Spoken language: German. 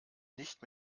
nicht